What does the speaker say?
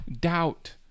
doubt